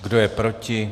Kdo je proti?